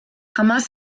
jamás